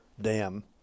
dam